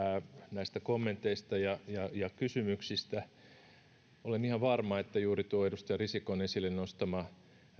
näistä kommenteista ja ja kysymyksistä olen ihan varma että juuri tuo edustaja risikon esille nostama